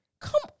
Come